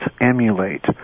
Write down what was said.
emulate